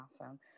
Awesome